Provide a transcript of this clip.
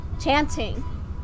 chanting